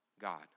God